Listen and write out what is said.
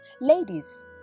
Ladies